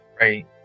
Right